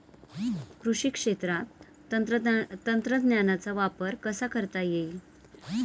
कृषी क्षेत्रात तंत्रज्ञानाचा वापर कसा करता येईल?